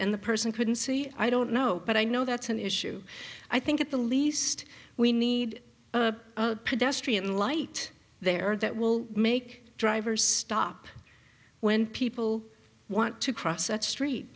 end the person couldn't see i don't know but i know that's an issue i think at the least we need a pedestrian light there that will make drivers stop when people want to cross a street